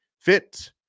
Fit